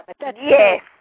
Yes